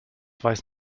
weiß